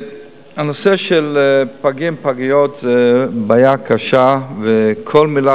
הנושא של פגים ופגיות הוא בעיה קשה, וכל מלה